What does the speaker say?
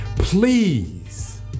please